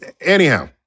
anyhow